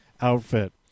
outfit